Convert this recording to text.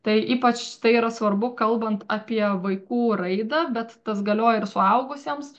tai ypač tai yra svarbu kalbant apie vaikų raidą bet tas galioja ir suaugusiems